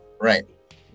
Right